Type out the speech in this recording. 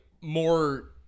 more